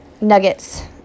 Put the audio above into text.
nuggets